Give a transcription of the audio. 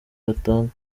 batanga